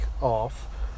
off